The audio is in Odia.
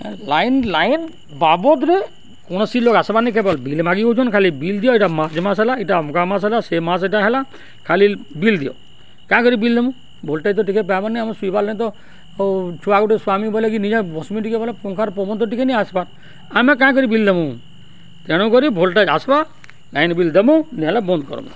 ଲାଇନ୍ ଲାଇନ୍ ବାବଦ୍ରେ କୌଣସି ଲୋକ୍ ଆସ୍ବାନି କେବଲ୍ ବିଲ୍ ମାଗି ଆଉଚନ୍ ଖାଲି ବିଲ୍ ଦିଅ ଇଟା ମାସ୍ ମାସ୍ ହେଲା ଇଟା ଅମ୍କା ମାସ୍ ହେଲା ସେ ମାସ୍ ଇଟା ହେଲା ଖାଲି ବିଲ୍ ଦିଅ କାଁ କରି ବିଲ୍ ଦେମୁ ଭୋଲ୍ଟେଜ୍ ତ ଟିକେ ପାଇବନି ଆମେ ଶୁଇବାର୍ଲାଗି ତ ଛୁଆ ଗୁଟେ ଶୁଆମି ବଏଲେ କିି ନିଜେ ବସ୍ମି ଟିକେ ବଏଲେ ପଙ୍ଖାର ପବନ୍ ଟିକେ ତ ନି ଆସ୍ବାର୍ ଆମେ କାଁ କରି ବିଲ୍ ଦେମୁ ତଣୁ କରି ଭୋଲ୍ଟେଜ୍ ଆସ୍ବା ଲାଇନ୍ ବିଲ୍ ଦେମୁ ନାଇ ହେଲେ ବନ୍ଦ୍ କର